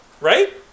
Right